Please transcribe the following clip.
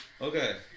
Okay